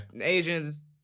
asians